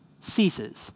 ceases